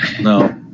no